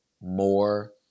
more